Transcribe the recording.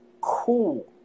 Cool